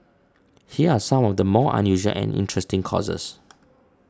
here are some of the more unusual and interesting courses